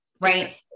Right